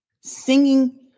singing